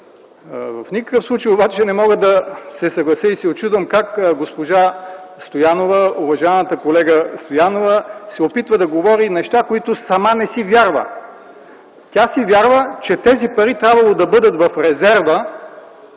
В никакъв случай обаче не мога да се съглася и се учудвам как уважаваната колега Стоянова се опитва да говори неща, на които сама не си вярва. Тя си вярва, че тези пари трябвало да бъдат в резерва,